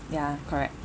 ya correct